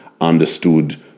understood